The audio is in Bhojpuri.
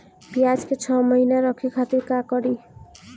प्याज के छह महीना रखे खातिर का करी?